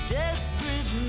desperate